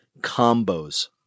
Combos